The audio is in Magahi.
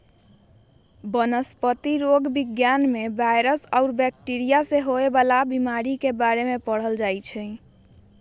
वनस्पतिरोग विज्ञान में वायरस आ बैकटीरिया से होवे वाला बीमारी के बारे में पढ़ाएल जाई छई